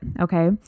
okay